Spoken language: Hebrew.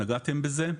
נגעתם בזה.